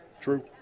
True